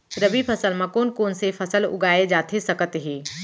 रबि फसल म कोन कोन से फसल उगाए जाथे सकत हे?